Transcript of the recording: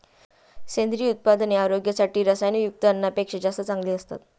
सेंद्रिय उत्पादने आरोग्यासाठी रसायनयुक्त अन्नापेक्षा जास्त चांगली असतात